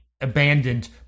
abandoned